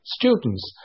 students